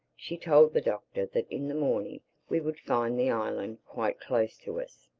she told the doctor that in the morning we would find the island quite close to us,